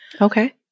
Okay